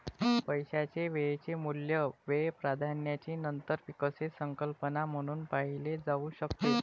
पैशाचे वेळेचे मूल्य वेळ प्राधान्याची नंतर विकसित संकल्पना म्हणून पाहिले जाऊ शकते